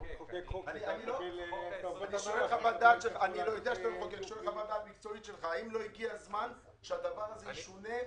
אני שואל חוות דעת מקצועית שלך: האם לא הגיע הזמן שהדבר הזה ישונה,